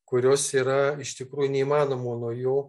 kurios yra iš tikrųjų neįmanoma nuo jų